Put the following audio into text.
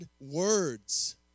words